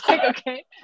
okay